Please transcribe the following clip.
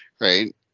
Right